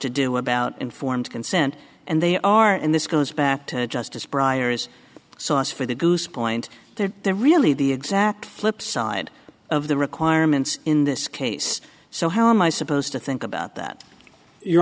to do about informed consent and they are and this goes back to justice briar's sauce for the goose point that they're really the exact flip side of the requirements in this case so how am i supposed to think about that your